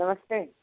नमस्ते